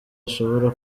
ashobora